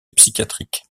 psychiatrique